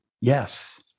Yes